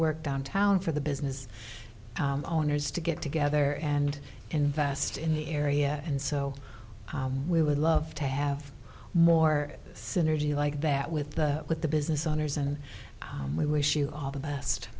worked downtown for the business owners to get together and invest in the area and so we would love to have more synergy like that with the with the business owners and we wish you all the best